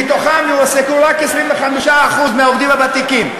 מתוכם רק 25% מהעובדים הוותיקים.